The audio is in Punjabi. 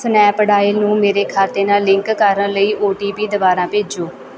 ਸਨੈਪਡੀਲ ਨੂੰ ਮੇਰੇ ਖਾਤੇ ਨਾਲ ਲਿੰਕ ਕਰਨ ਲਈ ਔ ਟੀ ਪੀ ਦੁਬਾਰਾ ਭੇਜੋ